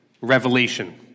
revelation